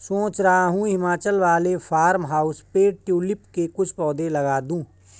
सोच रहा हूं हिमाचल वाले फार्म हाउस पे ट्यूलिप के कुछ पौधे लगा दूं